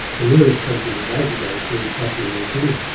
the nearest country that they could go to is papua new guinea.